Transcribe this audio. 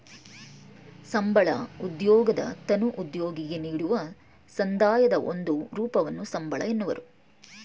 ಸಂಬಳ ಉದ್ಯೋಗದತನು ಉದ್ಯೋಗಿಗೆ ನೀಡುವ ಸಂದಾಯದ ಒಂದು ರೂಪವನ್ನು ಸಂಬಳ ಎನ್ನುವರು